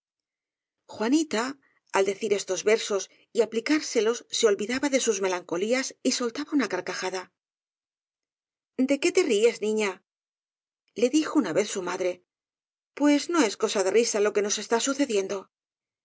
juanita al citar estos versos y al aplicárselos se olvidaba de sus melancolías y soltaba una carca jada de qué te ríes niña le dijo una vez su ma dre pues no es cosa de risa lo que nos está